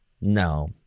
No